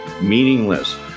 meaningless